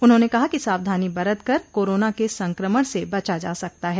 उन्होंने कहा कि सावधानी बरत कर कोरोना के संक्रमण से बचा जा सकता है